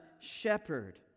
shepherd